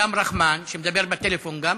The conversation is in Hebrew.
אדם רחמן, שמדבר בטלפון גם,